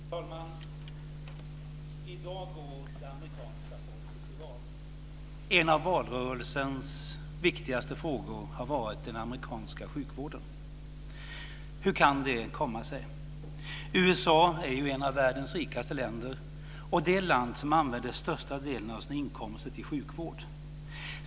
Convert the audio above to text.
Fru talman! I dag går det amerikanska folket till val. En av valrörelsens viktigaste frågor har varit den amerikanska sjukvården. Hur kan det komma sig? USA är ju ett av världens rikaste länder och det land som använder största delen av sina inkomster till sjukvård.